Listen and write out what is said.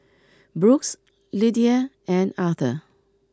Brooks Lidia and Arthur